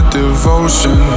devotion